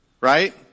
right